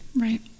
Right